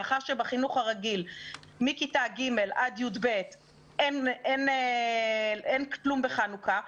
מאחר שבחינוך הרגיל מכיתה ג' עד י"ב אין כלום בחנוכה,